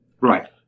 Right